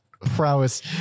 prowess